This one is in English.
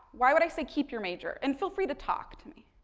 why would i say keep your major? and, feel free to talk to me?